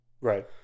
Right